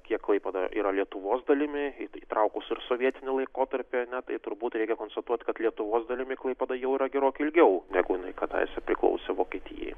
kiek klaipėda yra lietuvos dalimi įtraukus ir sovietinį laikotarpį ar ne tai turbūt reikia konstatuot kad lietuvos dalimi klaipėda jau yra gerokai ilgiau negu jinai kadaise priklausė vokietijai